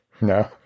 No